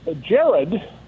Jared